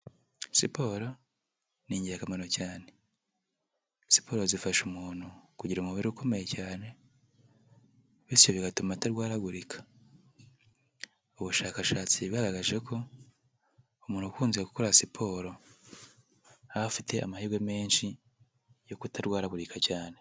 Siporo ni ingirakamaro cyane, siporo zifasha umuntu kugira umubiri ukomeye cyane bityo bigatuma atarwaragurika, ubushakashatsi bwagaragaje ko umuntu ukunze gukora siporo aba afite amahirwe menshi yo kutarwaragurika cyane.